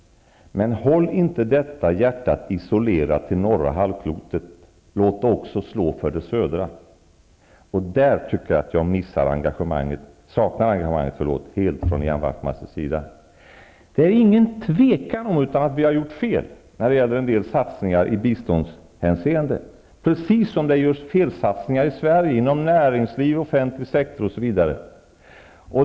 Men håll inte detta hjärta isolerat till norra halvklotet! Låt det också slå för det södra! Där tycker jag att jag saknar engagemang helt från Ian Wachtmeisters sida. Det råder inget tvivel om att vi har gjort fel när det gäller en del satsningar i biståndshänseende, precis som det görs felsatsningar i Sverige inom näringsliv, offentlig sektor osv.